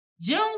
June